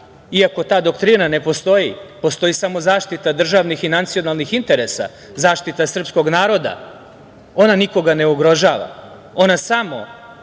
iako ta doktrina ne postoji, postoji samo zaštita državnih i nacionalnih interesa, zaštita srpskog naroda, ona nikoga ne ugrožava, ona samo